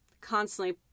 constantly